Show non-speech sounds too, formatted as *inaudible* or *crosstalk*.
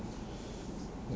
*breath*